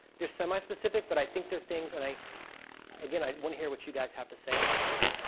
they're semi-specific but i think they're things that i again, i want to hear what you guys have to say about this.